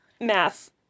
Math